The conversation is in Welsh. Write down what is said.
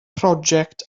project